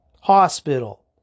Hospital